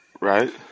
Right